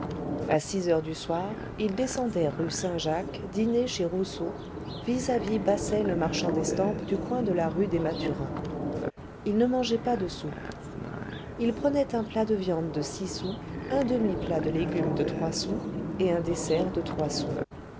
à six heures du soir il descendait rue saint-jacques dîner chez rousseau vis-à-vis basset le marchand d'estampes du coin de la rue des mathurins il ne mangeait pas de soupe il prenait un plat de viande de six sous un demi plat de légumes de trois sous et un dessert de trois sous